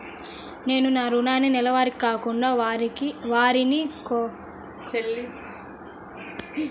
నేను నా రుణాన్ని నెలవారీగా కాకుండా వారానికోసారి చెల్లిస్తున్నాను